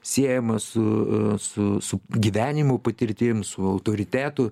siejama su su su gyvenimu patirtim su autoritetu